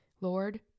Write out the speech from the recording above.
Lord